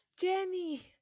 Jenny